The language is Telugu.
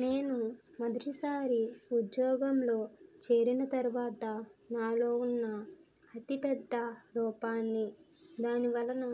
నేను మొదటి సారి ఉద్యోగంలో చేరిన తరువాత నాలో ఉన్న అతిపెద్ద లోపాన్ని దాని వలన